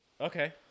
Okay